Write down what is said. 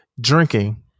drinking